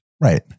Right